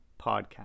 podcast